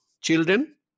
children